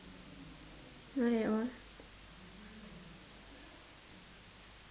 not at all